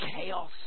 chaos